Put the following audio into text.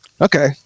Okay